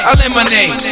Eliminate